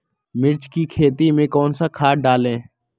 मिर्च की खेती में कौन सा खाद डालें?